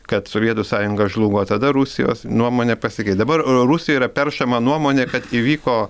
kad sovietų sąjunga žlugo tada rusijos nuomonė pasikeis dabar rusijai yra peršama nuomonė kad įvyko